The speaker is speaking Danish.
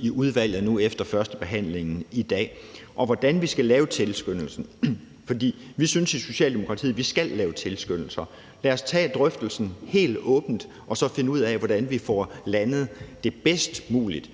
i udvalget efter førstebehandlingen i dag. Med hensyn til hvordan vi skal lave tilskyndelsen – for vi synes i Socialdemokratiet, at vi skal lave tilskyndelser – vil jeg sige: Lad os tage drøftelsen helt åbent og så finde ud af, hvordan vi får landet det bedst muligt.